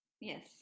Yes